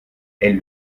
elle